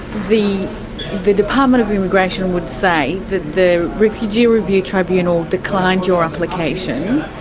the the department of immigration would say that the refugee review tribunal declined your application,